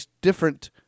different